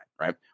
Right